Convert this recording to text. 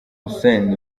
hussein